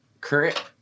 current